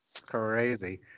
Crazy